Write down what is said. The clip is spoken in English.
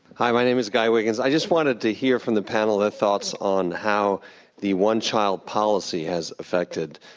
hi, my name is guy wiggins. i just wanted to hear from the panel their thoughts on how the one-child policy has affected